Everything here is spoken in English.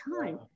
time